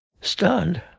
stunned